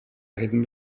eisen